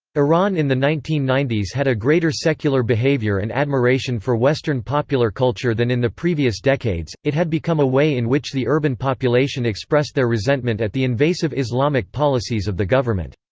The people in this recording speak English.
iran in the nineteen ninety s had a greater secular behavior and admiration for western popular culture than in the previous decades, it had become a way in which the urban population expressed their resentment at the invasive islamic policies of the government.